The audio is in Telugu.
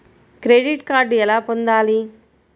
క్రెడిట్ కార్డు ఎలా పొందాలి?